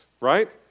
right